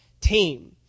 team